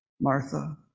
Martha